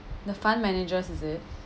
the fund managers is it